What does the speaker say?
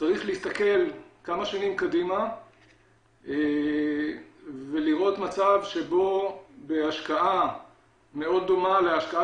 צריך להסתכל כמה שנים קדימה ולראות מצב שבו בהשקעה מאוד דומה להשקעה